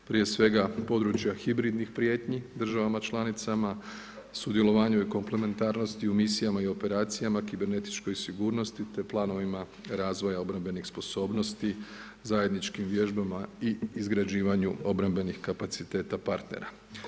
Prije svega područja hibridnih prijetnji državama članicama, sudjelovanje u komplementarnosti u misijama i operacijama, kibernetičkoj sigurnosti te planovima razvoja obrambenih sposobnosti, zajedničkim vježbama i izgrađivanju obrambenih kapaciteta partnera.